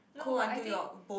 no but I think